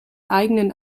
eigenen